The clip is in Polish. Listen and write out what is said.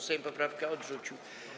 Sejm poprawkę odrzucił.